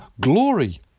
glory